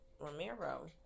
Ramiro